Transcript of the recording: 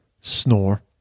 snore